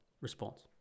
response